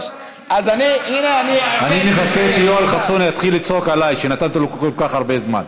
אני מחכה שיואל חסון יתחיל לצעוק עליי שנתתי לו כל כך הרבה זמן.